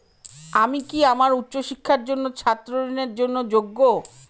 আমি কি আমার উচ্চ শিক্ষার জন্য ছাত্র ঋণের জন্য যোগ্য?